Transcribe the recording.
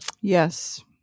Yes